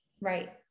Right